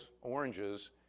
oranges